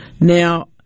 Now